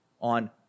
on